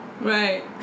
Right